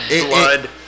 Blood